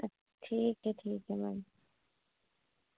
अ ठीक है ठीक है मैम